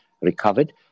recovered